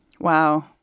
Wow